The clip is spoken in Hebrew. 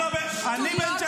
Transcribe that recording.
תגיד, אתה בן שלוש?